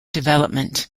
development